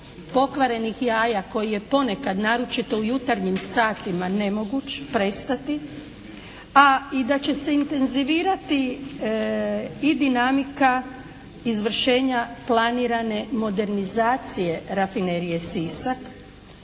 pokvarenih jaja koji je ponekad naročito u jutarnjim satima nemoguć, prestati, a i da će se intenzivirati i dinamika izvršenja planirane modernizacije Rafinerije Sisak.